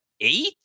eight